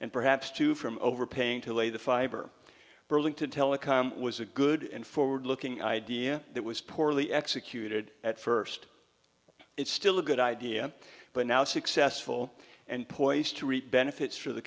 and perhaps too from overpaying to lay the fiber burlington telecom was a good and forward looking idea that was poorly executed at first it's still a good idea but now successful and poised to reap benefits for the